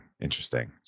interesting